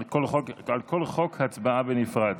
על כל הצעת חוק הצבעה בנפרד.